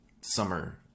summer